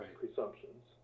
presumptions